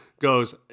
goes